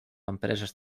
empreses